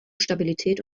stabilität